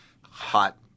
hot